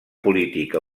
política